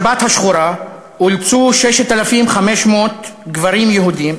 בשבת השחורה, אולצו 6,500 גברים יהודים